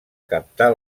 captar